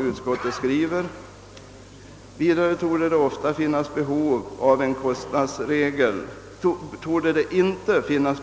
Utskottet skriver härom: »Vidare torde det ofta inte finnas